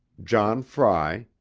john frey,